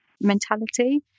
mentality